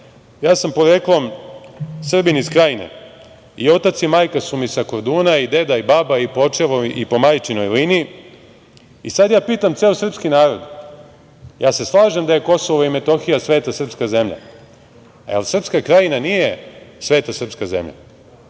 ja sam poreklom Srbin iz Krajine i otac i majka su mi sa Korduna i deda i baba i po očevoj i po majčinoj liniji, sada ja pitam ceo srpski narod, slažem se da je Kosovo i Metohija sveta srpska zemlja, jel Srpska Krajina nije sveta srpska zemlja? Ja